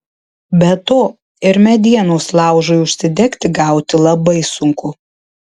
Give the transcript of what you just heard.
be to ir medienos laužui užsidegti gauti labai sunku